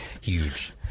Huge